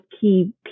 key